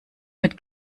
mit